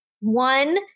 one